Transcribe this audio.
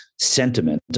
sentiment